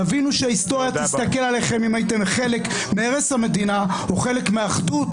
תבינו שההיסטוריה תסתכל עליכם אם הייתם חלק מהרס המדינה או חלק מאחדות,